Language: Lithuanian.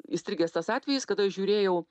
įstrigęs tas atvejis kad aš žiūrėjau